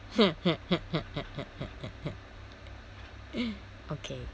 okay